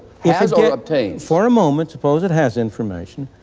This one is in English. yeah has or obtains? for a moment, suppose it has information,